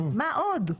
מה עוד?